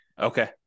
Okay